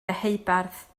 deheubarth